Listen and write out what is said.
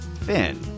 Finn